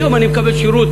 היום אני מקבל שירות,